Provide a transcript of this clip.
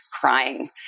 crying